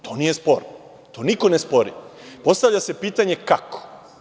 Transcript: To nije sporno, to niko ne spori, ali ostavlja se pitanje - kako?